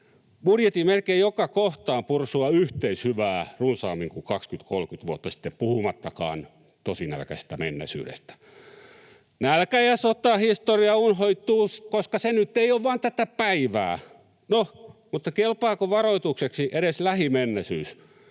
Budjetin melkein joka kohtaan pursuaa yhteishyvää runsaammin kuin 20—30 vuotta sitten, puhumattakaan tosi nälkäisestä menneisyydestä. Nälkä ja sotahistoria unhoittuvat, koska se nyt ei ole vaan tätä päivää. No, mutta kelpaako varoitukseksi edes lähimenneisyys,